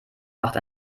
macht